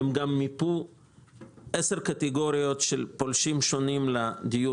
הם מיפו עשר קטגוריות של פולשים שונים לדיור